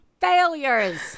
Failures